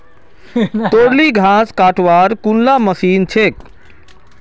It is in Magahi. तोर ली घास कटवार कुनला मशीन छेक